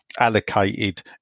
allocated